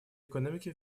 экономики